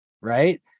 right